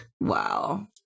Wow